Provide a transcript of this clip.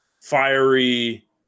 fiery